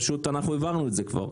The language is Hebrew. פשוט אנחנו העברנו את זה כבר,